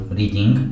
reading